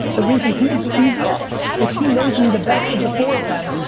the reason he's the easiest is he knows me the best of the four of them,